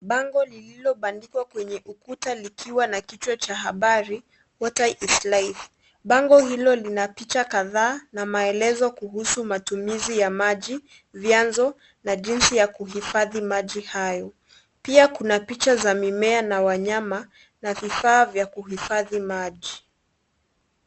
Bango lililobandikwa kwenye ukuta likiwa na kichwa cha habari,(sc)water is life(cs), bango hilo lina picha kathaa na maelezo kuhusu matumizi ya maji, vyanzo na jinsi ya kuhifadhi maji hayo, pia kuna picha za mimea na wanyama, na vifaa vya kuhifadhi maji.